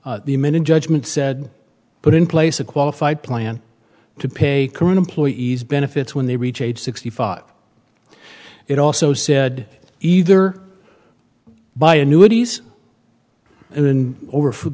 appellants the minute judgment said put in place a qualified plan to pay current employees benefits when they reach age sixty five it also said either buy annuities and then over for